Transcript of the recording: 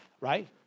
right